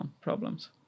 problems